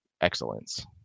excellence